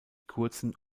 kurzen